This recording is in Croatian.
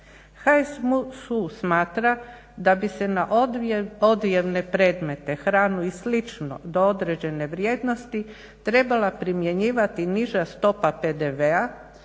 HSU smatra da bi se na odjevne predmete, hranu i slično do određene vrijednosti trebala primjenjivati niža stopa PDV-a,